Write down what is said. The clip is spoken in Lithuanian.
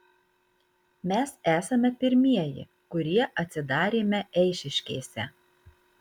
mes esame pirmieji kurie atsidarėme eišiškėse